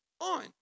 on